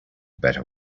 better